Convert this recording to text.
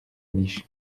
niche